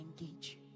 engage